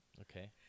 okay